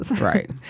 Right